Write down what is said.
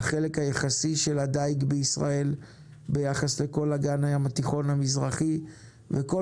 על החלק היחסי של הדיג בישראל ביחס לכל אגן הים התיכון המזרחי וכל